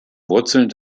wurzeln